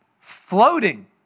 Floating